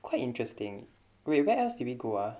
quite interesting wait where else did we go ah